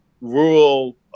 rural